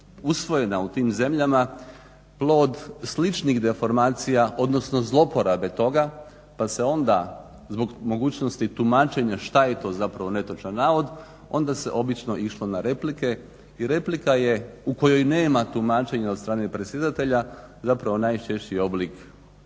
usvojena u tim zemljama plod sličnih deformacija, odnosno zlouporabe toga, pa se onda zbog mogućnosti tumačenja šta je to zapravo netočan navod, onda se obično išlo na replike i replika je u kojoj nema tumačenja od strane predsjedatelja zapravo najčešći oblik